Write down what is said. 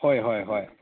ꯍꯣꯏ ꯍꯣꯏ ꯍꯣꯏ